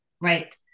right